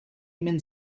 minn